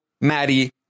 Maddie